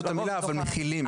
אבל מכילים.